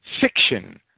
fiction